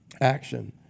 action